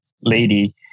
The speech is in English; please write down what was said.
lady